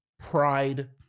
pride